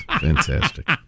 Fantastic